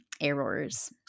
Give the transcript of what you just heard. errors